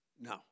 No